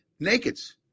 nakeds